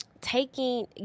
Taking